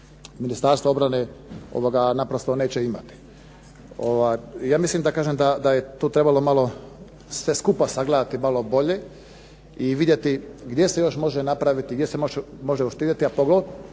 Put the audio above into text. Ministarstvo obrane naprosto neće imati. Ja mislim da kažem da je tu trebalo malo sve skupa sagledati malo bolje i vidjeti gdje se još može napraviti, gdje se može uštedjeti, a vraća